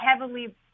heavily